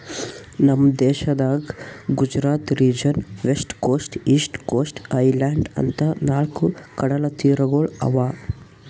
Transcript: ನಮ್ ದೇಶದಾಗ್ Gujarat region, west coast, east coast, island ಅಂತಾ ನಾಲ್ಕ್ ಕಡಲತೀರಗೊಳ್ ಅವಾ